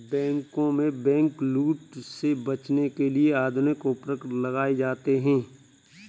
बैंकों में बैंकलूट से बचने के लिए आधुनिक उपकरण लगाए जाते हैं